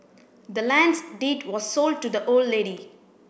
the land's deed was sold to the old lady